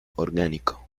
orgánico